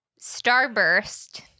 Starburst